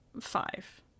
five